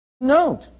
Note